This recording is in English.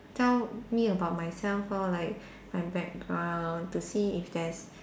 tell me about myself lor like my background to see if there's